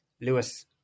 lewis